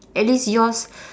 at least yours